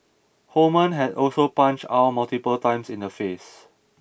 Holman had also punched Ow multiple times in the face